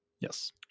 yes